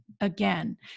again